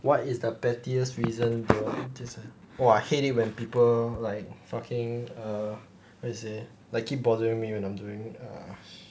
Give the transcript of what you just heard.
what is the pettiest reason 等一下 !wah! I hate it when people like fucking err how to say like keep bothering me when I'm doing err